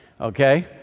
Okay